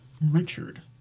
Richard